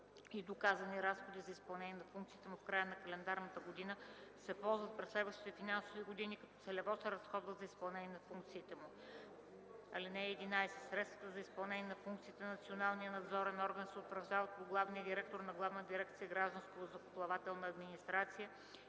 и доказани разходи за изпълнение на функциите му в края на календарната година, се ползват през следващите финансови години, като целево се разходват за изпълнение на функциите му. (11) Средствата за изпълнение на функциите на националния надзорен орган се утвърждават от главния директор на Главна дирекция „Гражданска въздухоплавателна администрация”